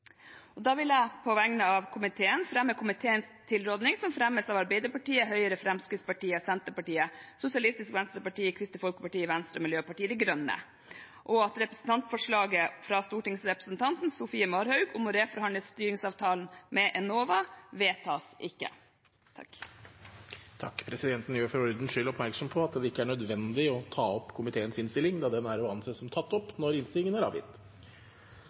Da vil jeg på vegne av komiteen fremme komiteens tilrådning, fra Arbeiderpartiet, Høyre, Fremskrittspartiet, Senterpartiet, Sosialistisk Venstreparti, Kristelig Folkeparti, Venstre og Miljøpartiet De Grønne, og anbefale at representantforslaget fra stortingsrepresentanten Sofie Marhaug, om å reforhandle styringsavtalen med Enova, ikke vedtas. Presidenten gjør for ordens skyld oppmerksom på at det ikke er nødvendig å ta opp komiteens innstilling, da den er å anse som tatt opp når innstillingen er avgitt.